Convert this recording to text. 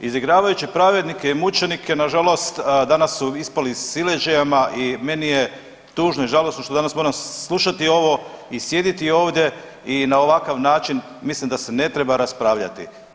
Izigravajući pravednike i mučenike na žalost danas su ispali sileđijama i meni je tužno i žalosno što danas moram slušati ovo i sjediti ovdje i na ovakav način mislim da se ne treba raspravljati.